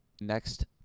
Next